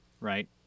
right